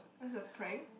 as a prank